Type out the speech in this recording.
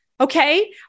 okay